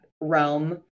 realm